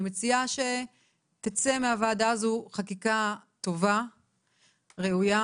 אני מציעה שתצא מהוועדה הזו חקיקה טובה וראויה